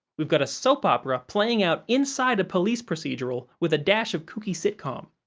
we've got a soap opera playing out inside a police procedural with a dash of kooky sitcom,